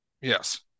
Yes